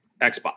Xbox